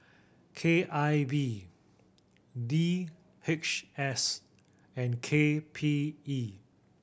K I V D H S and K P E